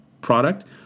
product